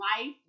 life